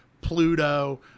Pluto